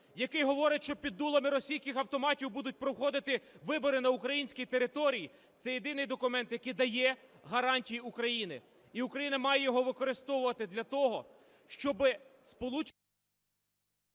який говорить, що під дулами російських автоматів будуть проходити вибори на українській території, це єдиний документ, який дає гарантії України. І Україна має його використовувати для того, щоб Сполучені…